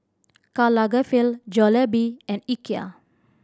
Karl Lagerfeld Jollibee and Ikea